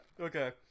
Okay